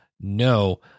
no